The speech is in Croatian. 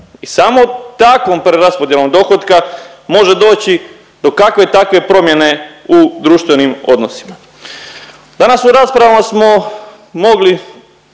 I samo takvom preraspodjelom dohotka može doći do kakve takve promjene u društvenim odnosima. Danas u raspravama smo mogli